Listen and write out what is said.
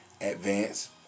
Advance